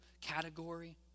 category